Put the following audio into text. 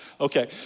Okay